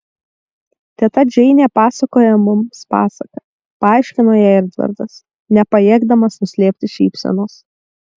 teta džeinė pasakoja mums pasaką paaiškino jai edvardas nepajėgdamas nuslėpti šypsenos